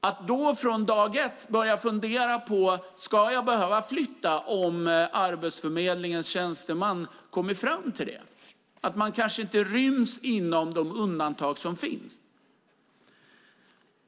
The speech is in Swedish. Man ska inte från dag ett behöva fundera på om man ska behöva flytta om Arbetsförmedlingen kommer fram till att man kanske inte ryms inom de undantag som finns.